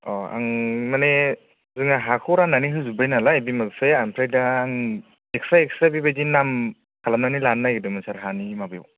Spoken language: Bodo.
अ आं मानि जोंहा हाखौ राननानै होजोब्बाय नालाय बिमा बिफाया आमफ्राय दा आं एक्सट्रा एक्सट्रा बेबायदि नाम खालामनानै लानो नागिरदोंमोन सार हानि माबायाव